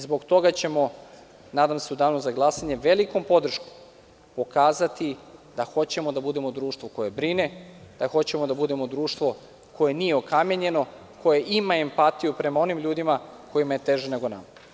Zbog toga ćemo nadam se u danu za glasanje velikom podrškom pokazati da hoćemo da budemo društvo koje brine, da hoćemo da budemo društvo koje nije okamenjeno, koje ima empatiju prema onim ljudima kojima je teže nego nama.